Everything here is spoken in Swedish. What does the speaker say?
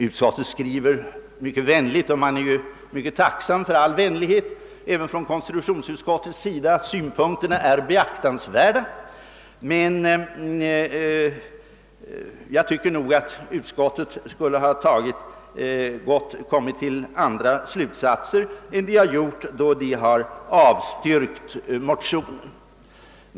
Utskottet skriver mycket vänligt — och man är tacksam för all vänlighet även från konstitutionsutskottet — att synpunkterna är beaktansvärda, men jag tycker nog att utskottet skulle ha kommit till andra slutsatser än det gjort då det avstyrkt motionen.